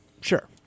Sure